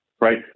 right